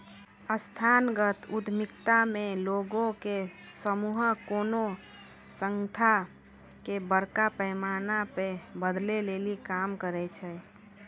संस्थागत उद्यमिता मे लोगो के समूह कोनो संस्था के बड़का पैमाना पे बदलै लेली काम करै छै